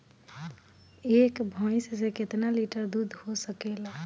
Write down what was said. एक भइस से कितना लिटर दूध हो सकेला?